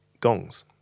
gongs